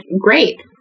great